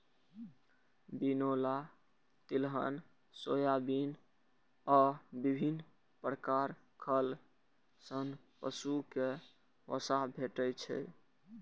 बिनौला, तिलहन, सोयाबिन आ विभिन्न प्रकार खल सं पशु कें वसा भेटै छै